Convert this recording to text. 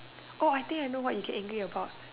orh I think I know what you get angry about